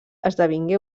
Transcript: esdevingué